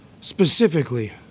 specifically